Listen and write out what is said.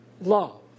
love